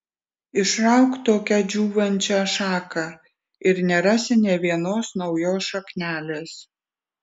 išrauk tokią džiūvančią šaką ir nerasi nė vienos naujos šaknelės